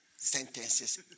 sentences